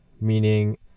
Meaning